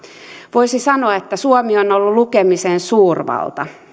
voisi sanoa että suomi on ollut lukemisen suurvalta